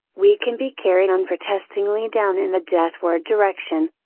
we can be carried unprotestingly down in the deathward direction,